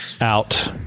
out